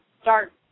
start